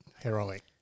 Heroic